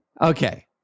Okay